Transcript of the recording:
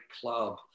club